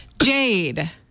jade